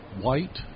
white